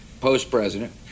post-president